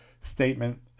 statement